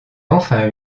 enfin